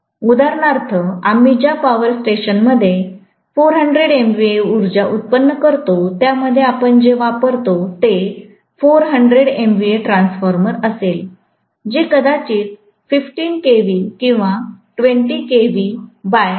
उदाहरणार्थ आम्ही ज्या पॉवर स्टेशनमध्ये 400MVA उर्जा उत्पन्न करतो त्या मध्ये आपण जे वापरतो ते 400MVA ट्रान्सफॉर्मर असेल जे कदाचित 15kV किंवा 20kV400KV असेल